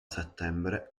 settembre